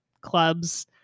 clubs